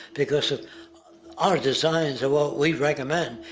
because of our designs of what we've recommend.